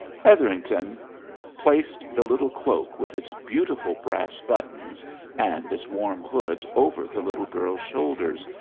hetherington placed the little cloak with its beautiful brass buttons and its warm hood over the little girl's shoulders,